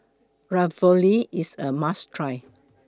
Ravioli IS A must Try